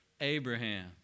Abraham